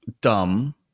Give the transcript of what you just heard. dumb